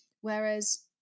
Whereas